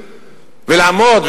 ולעמוד,